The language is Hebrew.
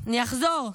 אני אחזור.